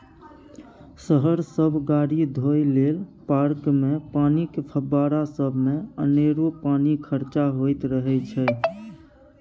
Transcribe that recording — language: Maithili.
शहर सब गाड़ी धोए लेल, पार्कमे पानिक फब्बारा सबमे अनेरो पानि खरचा होइत रहय छै